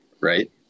Right